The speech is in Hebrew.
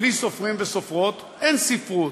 בלי סופרים וסופרות אין ספרות.